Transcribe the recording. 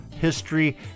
history